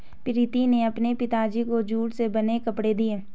प्रीति ने अपने पिताजी को जूट से बने कपड़े दिए